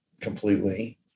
completely